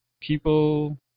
people